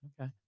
Okay